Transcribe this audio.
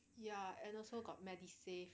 ya and also got medisave